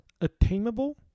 Attainable